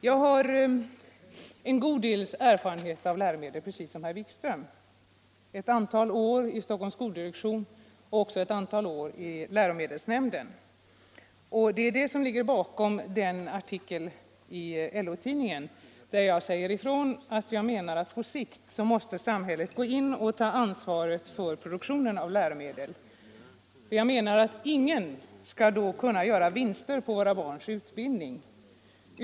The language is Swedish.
Jag har en god del erfarenhet av läromedel, precis som herr Wikström —- ett antal år i Stockholms skoldirektion och också ett antal år i läromedelsnämnden — och det är detta som ligger bakom den artikel i LO tidningen där jag säger ifrån att jag menar att på sikt måste samhället gå in och ta ansvaret för produktionen av läromedel. Jag menar att ingen skall då kunna göra vinster på våra barns utbildning.